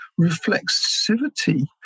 reflexivity